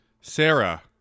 Sarah